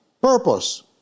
purpose